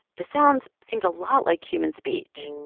the sounds seemed a lot like human speech